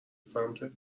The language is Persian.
سمتت